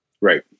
Right